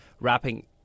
wrapping